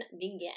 begin